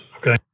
okay